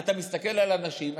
אתה מסתכל על האנשים,